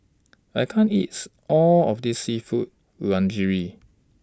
I can't eats All of This Seafood Linguine